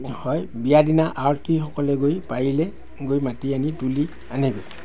হয় বিয়াদিনা আয়তীসকলে গৈ পাৰিলে গৈ মাতি আনি তুলি আনেগৈ